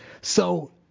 So-